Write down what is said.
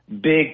big